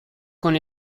con